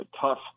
tough